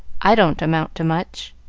i don't amount to much.